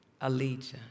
allegiance